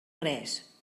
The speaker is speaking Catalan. res